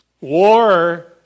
War